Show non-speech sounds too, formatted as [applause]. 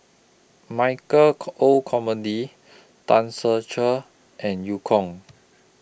Michael [unintelligible] Olcomendy Tan Ser Cher and EU Kong